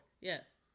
Yes